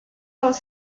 los